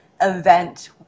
event